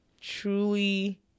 truly